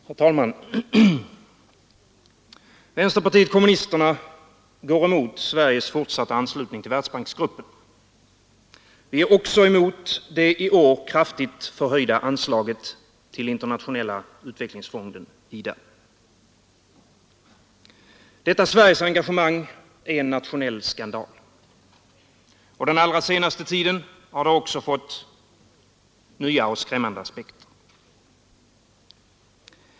Herr talman! Vänsterpartiet kommunisterna går emot Sveriges fortsatta anslutning till Världsbanksgruppen. Vi är också emot det i år kraftigt förhöjda anslaget till Internationella utvecklingsfonden, IDA. Detta Sveriges engagemang är en nationell skandal. Den allra senaste tiden har det också fått nya och skrämmande aspekter.